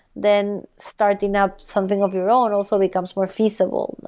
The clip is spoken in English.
then starting up something of your own also becomes more feasible.